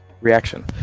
Reaction